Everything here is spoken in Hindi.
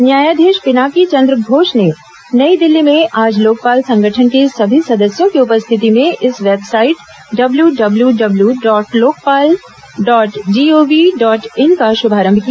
न्यायाधीश पिनाकी चन्द्र घोष ने नई दिल्ली में आज लोकपाल संगठन के सभी सदस्यों की उपस्थिति में इस website W W W dot Lokpal dot G O V dot in का शुभारम्भ किया